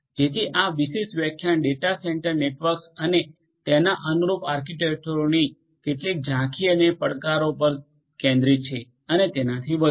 જેથી આ વિશેષ વ્યાખ્યાન ડેટા સેન્ટર નેટવર્ક્સ અને તેના અનુરૂપ આર્કિટેક્ચરોની કેટલીક ઝાંખી અને પડકારો પર કેન્દ્રિત છે અને તેનાથી વધુ